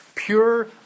Pure